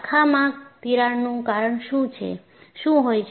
શાખામાં તિરાડ નું કારણ શું હોય છે